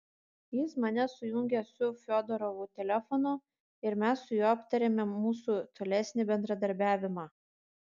jis mane sujungė su fiodorovu telefonu ir mes su juo aptarėme mūsų tolesnį bendradarbiavimą